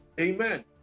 Amen